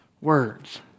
words